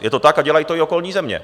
Je to tak a dělají to i okolní země.